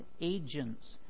agents